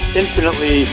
infinitely